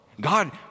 God